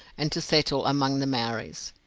and to settle among the maoris.